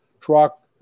truck